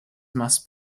must